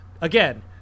again